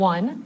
One